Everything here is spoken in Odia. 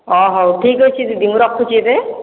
ହଁ ହଉ ଠିକ୍ ଅଛି ଦିଦି ମୁଁ ରଖୁଛି ଏବେ